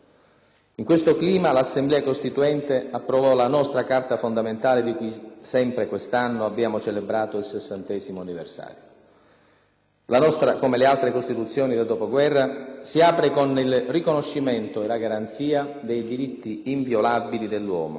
In questo clima l'Assemblea costituente approvò la nostra Carta fondamentale, di cui sempre quest'anno abbiamo celebrato il 60° anniversario. La nostra, come le altre Costituzioni del dopoguerra, si apre con il riconoscimento e la garanzia dei diritti inviolabili dell'uomo,